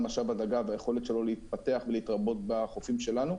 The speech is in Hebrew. משאב הדגה והיכולת שלו להתפתח ולהתרבות בחופים שלנו,